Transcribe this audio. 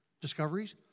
discoveries